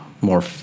more